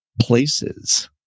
places